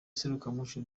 serukiramuco